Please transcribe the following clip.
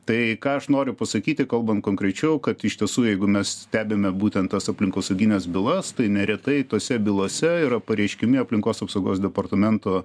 tai ką aš noriu pasakyti kalbant konkrečiau kad iš tiesų jeigu mes stebime būtent tas aplinkosaugines bylas tai neretai tose bylose yra pareiškiami aplinkos apsaugos departamento